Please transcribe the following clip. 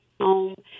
home